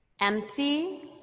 empty